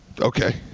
Okay